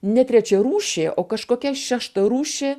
ne trečiarūšė o kažkokia šeštarūšė